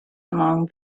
among